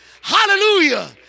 Hallelujah